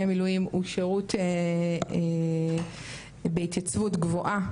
המילואים הוא שירות בהתייצבות גבוהה,